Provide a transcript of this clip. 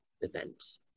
event